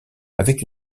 avec